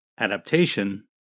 adaptation